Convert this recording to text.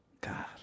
God